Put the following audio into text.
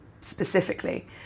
specifically